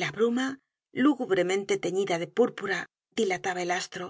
la bruma lúgubremente teñida de púrpura dilataba el astro